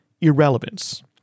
Irrelevance